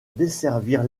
desservir